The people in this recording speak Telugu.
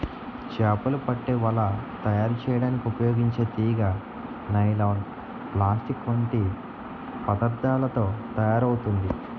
చేపలు పట్టే వల తయారు చేయడానికి ఉపయోగించే తీగ నైలాన్, ప్లాస్టిక్ వంటి పదార్థాలతో తయారవుతుంది